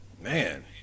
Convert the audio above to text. man